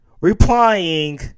Replying